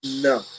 No